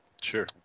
Sure